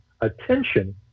attention